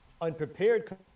unprepared